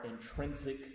intrinsic